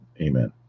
Amen